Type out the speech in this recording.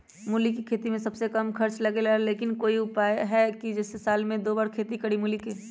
मूली के खेती में सबसे कम खर्च लगेला लेकिन कोई उपाय है कि जेसे साल में दो बार खेती करी मूली के?